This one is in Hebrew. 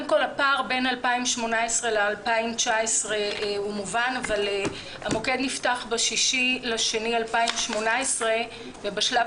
הפער בין 2018 ל-2019 הוא מובן אבל המוקד נפתח ב-6 בפברואר 2018 ובשלב